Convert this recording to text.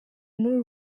muri